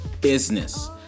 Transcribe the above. Business